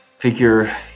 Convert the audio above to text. figure